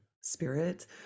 spirit